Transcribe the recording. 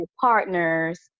partners